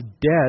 dead